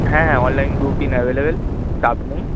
হ্যাঁ হ্যাঁ online booking available চাপ নেই